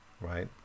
Right